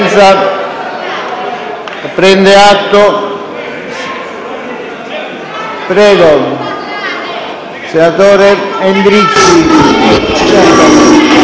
Grazie